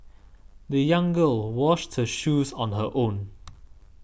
the young girl washed her shoes on her own